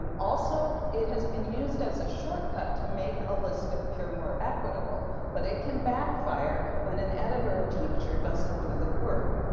um also, it has been used as a shortcut to make a list appear more equitable. but it can backfire when an editor or teacher doesn't do the work.